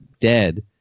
dead